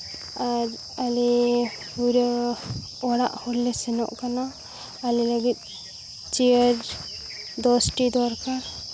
ᱟᱨ ᱟᱞᱮ ᱯᱩᱨᱟᱹ ᱚᱲᱟᱜ ᱦᱚᱲ ᱞᱮ ᱥᱮᱱᱚᱜ ᱠᱟᱱᱟ ᱟᱞᱮ ᱞᱟᱹᱜᱤᱫ ᱪᱮᱭᱟᱨ ᱫᱚᱥᱴᱤ ᱫᱚᱨᱠᱟᱨ